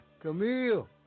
Camille